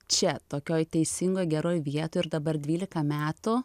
čia tokioj teisingoj geroj vietoj ir dabar dvylika metų